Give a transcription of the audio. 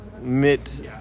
mit